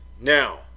Now